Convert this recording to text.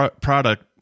product